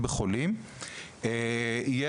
וכל